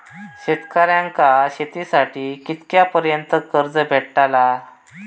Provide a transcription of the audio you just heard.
शेतकऱ्यांका शेतीसाठी कितक्या पर्यंत कर्ज भेटताला?